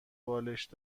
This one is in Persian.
بالشت